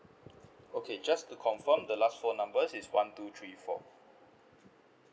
okay just to confirm the last four numbers is one two three four